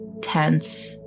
tense